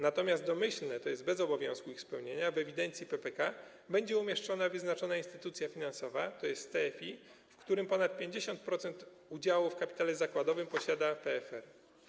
Natomiast domyślnie, tj. bez obowiązku ich spełnienia, w ewidencji PPK będzie umieszczona wyznaczona instytucja finansowa, tj. TFI, w którym ponad 50% udziału w kapitale zakładowym posiada PFR.